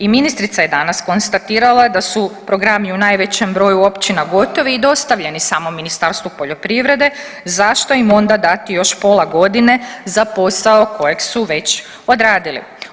I ministrica je danas konstatirala da su programi u najvećem broju općina gotovi i dostavljeni samom Ministarstvu poljoprivrede, zašto im onda dati još pola godine za posao kojeg su već odradili.